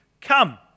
Come